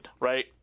right